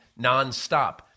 nonstop